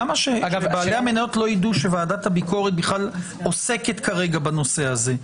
למה שבעלי המניות לא יידעו שוועדת הביקורת בכלל עוסקת כרגע בנושא הזה?